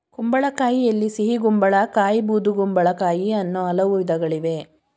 ಕುಂಬಳಕಾಯಿಯಲ್ಲಿ ಸಿಹಿಗುಂಬಳ ಕಾಯಿ ಬೂದುಗುಂಬಳಕಾಯಿ ಅನ್ನೂ ಹಲವು ವಿಧಗಳಿವೆ